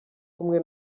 kumwe